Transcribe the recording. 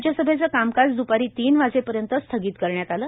राज्यसभेचं कामकाज द्रपारी तीन वाजेपर्यंत स्थगित करण्यात आलं